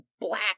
black